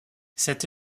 cette